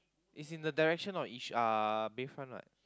is in the direction of Yishun uh Bayfront what